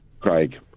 craig